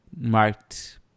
marked